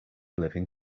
living